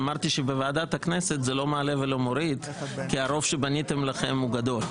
אמרתי שבוועדת הכנסת זה לא מעלה ולא מוריד כי הרוב שבניתם לכם הוא גדול,